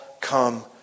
come